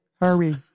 Hurry